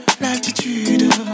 l'altitude